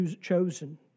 chosen